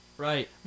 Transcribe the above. Right